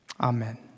Amen